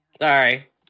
Sorry